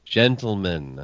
gentlemen